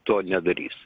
to nedarys